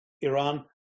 Iran